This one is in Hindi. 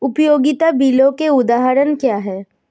उपयोगिता बिलों के उदाहरण क्या हैं?